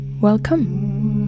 Welcome